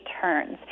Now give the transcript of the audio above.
turns